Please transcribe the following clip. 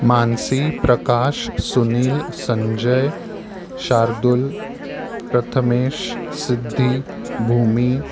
Mansi Prakash Sunil Sanjay Shardul Prathamesh Siddhi Bhumi